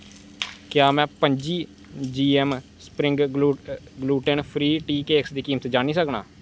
क्या मैं पं'जी जी ऐम्म spring gluten free tea cakes दी कीमत जानी सकनां